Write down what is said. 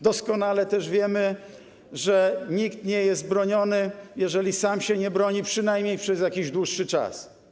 Doskonale wiemy, że nikt nie jest broniony, jeżeli sam się nie broni, przynajmniej przez jakiś dłuższy czas.